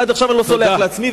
ועד היום אני לא סולח לעצמי,